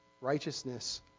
Righteousness